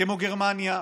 כמו גרמניה,